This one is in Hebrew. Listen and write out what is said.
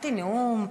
הכנתי נאום,